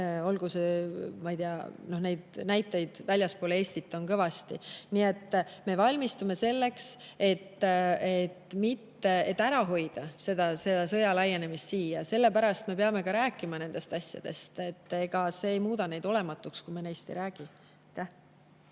rääkinud ka teised, neid näiteid on väljaspool Eestit kõvasti. Nii et me valmistume selleks, et hoida ära selle sõja laienemist siia. Sellepärast me peamegi rääkima nendest asjadest, ega see ei muuda neid olematuks, kui me neist ei räägi. Rene